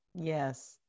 Yes